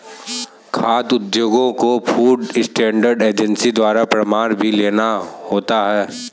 खाद्य उद्योगों को फूड स्टैंडर्ड एजेंसी द्वारा प्रमाणन भी लेना होता है